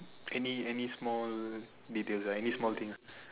any any small details right any small thing